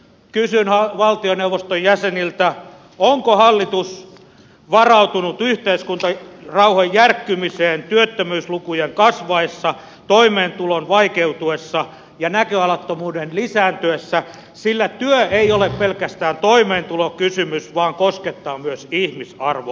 kysyn valtioneuvoston jäseniltä onko hallitus varautunut yhteiskuntarauhan järkkymiseen työttömyyslukujen kasvaessa toimeentulon vaikeutuessa ja näköalattomuuden lisääntyessä sillä työ ei ole pelkästään toimeentulokysymys vaan koskettaa myös ihmisarvoa